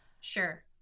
Sure